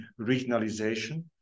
regionalization